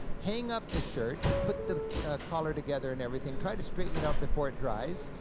hang up the shirt, put the collar together and everything, try to straighten it out before it dries,